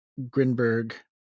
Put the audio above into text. Grinberg